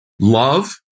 Love